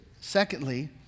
secondly